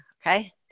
Okay